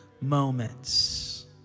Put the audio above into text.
moments